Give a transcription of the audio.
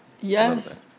Yes